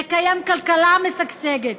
לקיים כלכלה משגשגת,